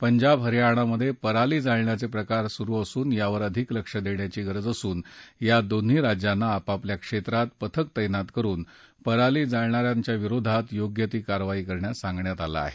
पंजाब हरयाणामधे पराली जाळण्याचे प्रकार सुरु असून यावर अधिक लक्ष देण्याची गरज असून या दोन्ही राज्यांना आपापल्या क्षेत्रात पथक तैनात करुन पराली जाळणा यांविरोधात योग्य ती कारवाई करण्यास सांगितलं आहे